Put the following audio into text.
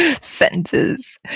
Sentences